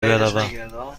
بروم